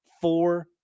four